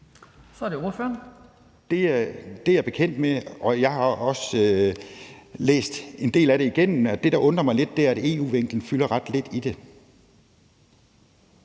Per Husted (S): Det er jeg bekendt med, og jeg har også læst en del af det igennem. Det, der undrer mig lidt, er, at EU-vinklen fylder ret lidt i det.